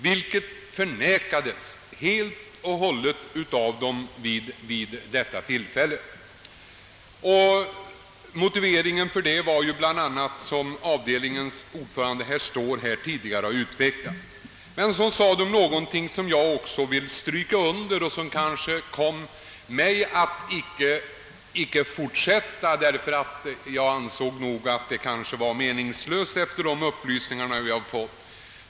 Detta förnekade de båda föredragande emellertid kategoriskt, med de motiveringar som avdelningens ordförande, herr Ståhl, tidigare har redogjort för. Men sedan sade de något som kom mig att avstå från fortsatt diskussion, eftersom jag ansåg den meningslös efter de upplysningar vi erhållit.